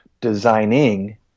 designing